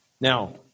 Now